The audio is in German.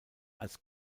als